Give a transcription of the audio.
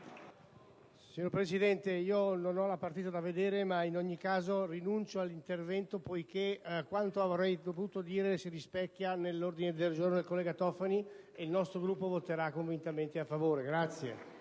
Signor Presidente, non devo vedere la partita, ma in ogni caso rinuncio all'intervento poiché quanto avrei dovuto dire si rispecchia nell'ordine del giorno del collega Tofani, ed il nostro Gruppo voterà convintamente a favore.